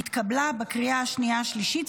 התקבלה בקריאה השנייה והשלישית,